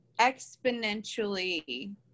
exponentially